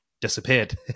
disappeared